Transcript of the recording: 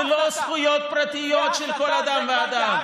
זה לא זכויות פרטיות של כל אדם ואדם.